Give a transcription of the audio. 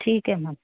ਠੀਕ ਹੈ ਮੈਮ